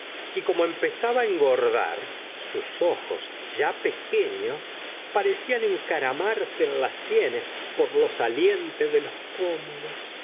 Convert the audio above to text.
y como empezaba engordar sus ojos ya pequeños parecían encaramarse en las sienes por lo saliente de los pómulos